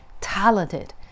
talented